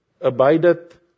abideth